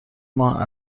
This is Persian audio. ماه